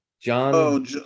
John